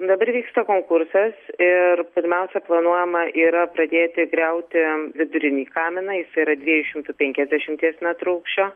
dabar vyksta konkursas ir pirmiausia planuojama yra pradėti griauti vidurinį kaminą jis yra dviejų šimto penkiasdešimties metrų aukščio